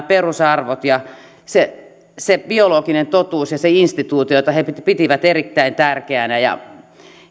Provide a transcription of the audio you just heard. perusarvot ja se se biologinen totuus ja se instituutio jota he pitivät erittäin tärkeänä